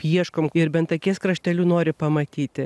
ieškom ir bent akies krašteliu nori pamatyti